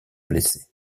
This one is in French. blessé